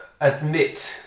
admit